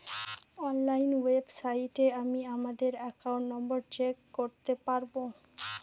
online ওয়েবসাইটে আমি আমাদের একাউন্ট নম্বর চেক করতে পারবো